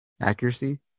accuracy